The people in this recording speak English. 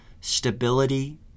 stability